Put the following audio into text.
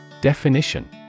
Definition